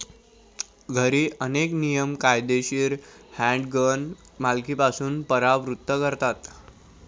घरी, अनेक नियम कायदेशीर हँडगन मालकीपासून परावृत्त करतात